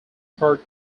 part